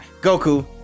Goku